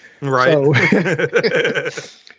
Right